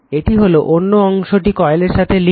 এটি হল অন্য অংশটি কয়েলের সাথে লিঙ্ক করা